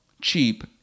cheap